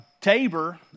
Tabor